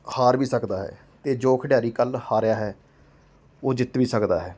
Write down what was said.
ਹਾਰ ਵੀ ਸਕਦਾ ਹੈ ਅਤੇ ਜੋ ਖਿਡਾਰੀ ਕੱਲ੍ਹ ਹਾਰਿਆ ਹੈ ਉਹ ਜਿੱਤ ਵੀ ਸਕਦਾ ਹੈ